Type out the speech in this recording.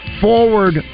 forward